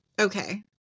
Okay